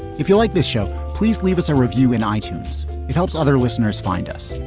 if you'll like this show, please leave us a review and i choose it helps other listeners find us.